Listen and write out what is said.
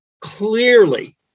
clearly